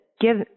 give